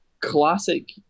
classic